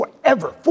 forever